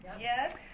Yes